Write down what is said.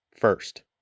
first